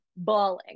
Bawling